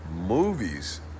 movies